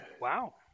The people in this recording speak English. Wow